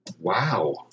Wow